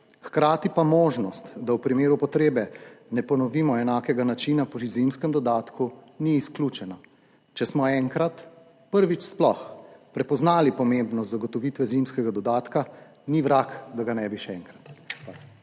hkrati pa možnost, da v primeru potrebe ne ponovimo enakega načina pri zimskem dodatku, ni izključena. Če smo enkrat, prvič sploh, prepoznali pomembnost zagotovitve zimskega dodatka, ni vrag, da ga ne bi še enkrat.